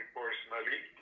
personally